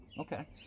Okay